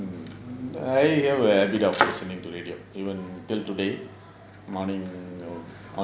mm everyday I'll listen to radio even till today morning